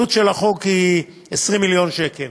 עלות החוק היא 20 מיליון שקל.